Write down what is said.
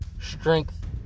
strength